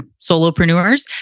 solopreneurs